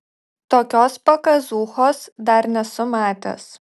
tokios pakazūchos dar nesu matęs